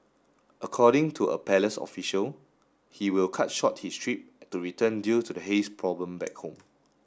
according to a palace official he will cut short his trip to return due to the haze problem back home